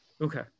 Okay